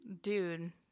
dude